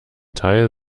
teil